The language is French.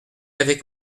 avec